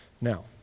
Now